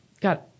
got